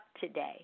today